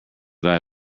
guy